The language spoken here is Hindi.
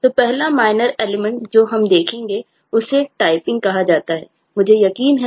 तो पहला माइनर एलिमेंट है